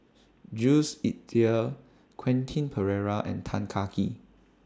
Jules Itier Quentin Pereira and Tan Kah Kee